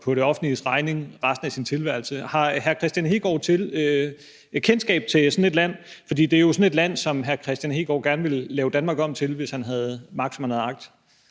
på det offentliges regning resten af sin tilværelse? Har hr. Kristian Hegaard kendskab til sådan et land, for det er jo sådan et land, hr. Kristian Hegaard gerne ville lave Danmark om til, hvis han havde magt, som han har agt.